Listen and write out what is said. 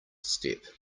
step